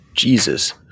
Jesus